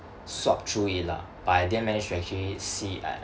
swap through it lah but I didn't manage to actually see it ah